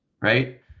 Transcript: right